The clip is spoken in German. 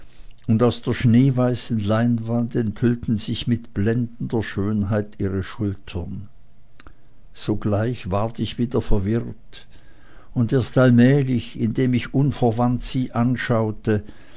und aus der schneeweißen leinwand enthüllten sich mit blendender schönheit ihre schultern sogleich ward ich wieder verwirrt und erst allmählich indem ich unverwandt sie anschaute